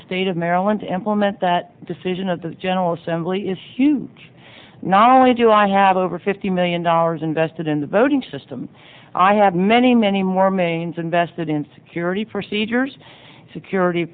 the state of maryland implement that decision at the general assembly is huge not only do i have over fifty million dollars invested in the voting system i have many many more manes invested in security procedures security